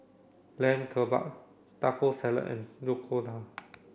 Lamb Kebabs Taco Salad and Oyakodon